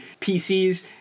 PCs